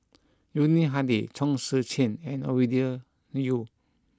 Yuni Hadi Chong Tze Chien and Ovidia Yu